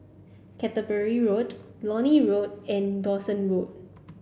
Canterbury Road Lornie Road and Dawson Road